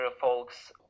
folks